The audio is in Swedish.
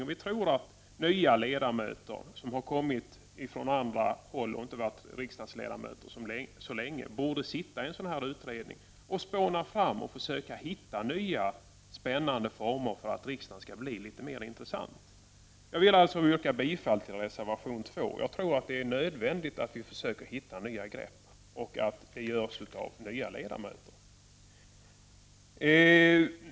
Och vi tror att nya ledamöter, som har kommit från andra håll och inte varit riksdagsledamöter så länge, borde sitta i en sådan här utredning och spåna fram och försöka hitta nya spännande former för att riksdagen skall bli lite mera intressant. Jag vill alltså yrka bifall till reservation 2. Jag tror att det är nödvändigt att vi försöker hitta nya grepp och att det görs av nya ledamöter.